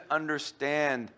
understand